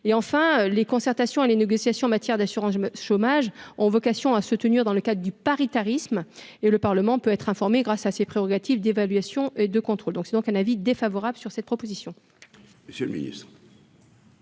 et enfin les concertations et les négociations en matière d'assurance je me chômage ont vocation à se tenir dans le cadre du paritarisme et le Parlement peut être informé grâce à ses prérogatives d'évaluation et de contrôle, donc, c'est donc un avis défavorable sur cette proposition.